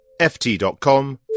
ft.com